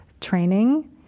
training